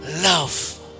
love